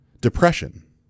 Depression